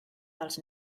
dels